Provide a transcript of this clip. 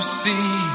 see